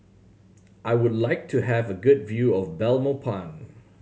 I would like to have a good view of Belmopan